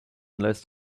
unless